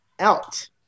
Out